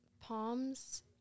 Palms